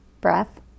breath